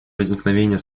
возникновения